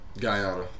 Guyana